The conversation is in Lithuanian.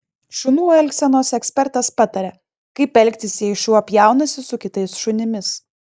šunų elgsenos ekspertas pataria kaip elgtis jei šuo pjaunasi su kitais šunimis